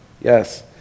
yes